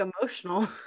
emotional